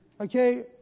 Okay